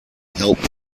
helped